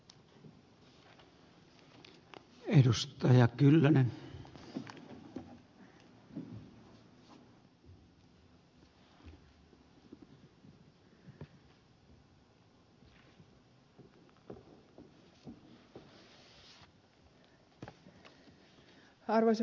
arvoisa puhemies